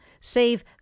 save